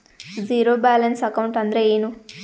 Zero balance account ಅಂದ್ರ ಏನು?